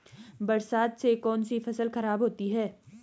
बरसात से कौन सी फसल खराब होती है?